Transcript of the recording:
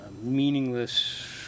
meaningless